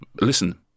listen